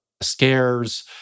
scares